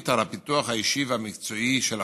על הפיתוח האישי והמקצועי של הפרט.